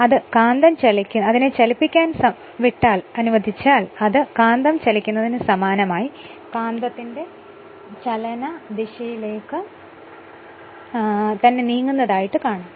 അങ്ങനെ അതിനെ ചലിപ്പിക്കാൻ അനുവദിക്കുമ്പോൾ അത് കാന്തം ചലിക്കുന്നതിന് സമാനമായി കാന്തത്തിന്റെ ചലനദിശയിലേക്കു തന്നെ നീങ്ങുതായി കാണം